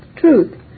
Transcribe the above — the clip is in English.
truth